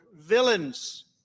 villains